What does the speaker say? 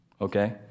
okay